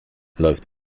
läuft